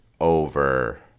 over